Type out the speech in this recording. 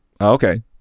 Okay